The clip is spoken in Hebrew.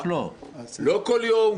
לא בכל יום,